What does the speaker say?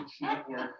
network